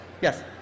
Yes